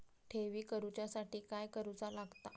ठेवी करूच्या साठी काय करूचा लागता?